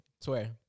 swear